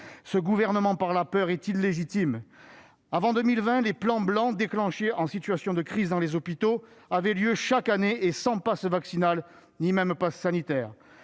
Ce gouvernement par la peur est illégitime. Avant 2020, les plans blancs déclenchés en situation de crise dans les hôpitaux avaient lieu chaque année, sans passe vaccinal ou passe sanitaire.